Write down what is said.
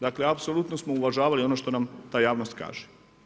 Dakle, apsolutno smo uvažavali ono što nam ta javnost kaže.